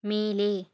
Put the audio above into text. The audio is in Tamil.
மேலே